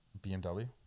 BMW